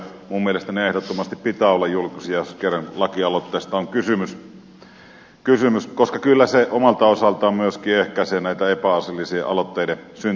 minun mielestäni niiden ehdottomasti pitää olla julkisia jos kerran lakialoitteesta on kysymys koska kyllä se omalta osaltaan myöskin ehkäisee näiden epäasiallisien aloitteiden syntymistä